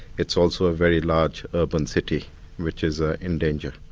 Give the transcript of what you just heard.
it's also a very large urban city which is ah in danger.